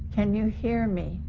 can you hear me?